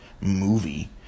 movie